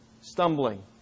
Stumbling